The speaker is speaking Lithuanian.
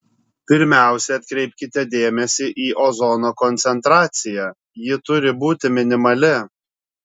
pirmiausia atkreipkite dėmesį į ozono koncentraciją ji turi būti minimali